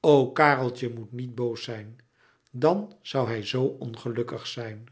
o kareltje moet niet boos zijn dan zoû hij zoo ongelukkig zijn